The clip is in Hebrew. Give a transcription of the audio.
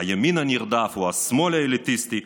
הימין הנרדף או השמאל האליטיסטי,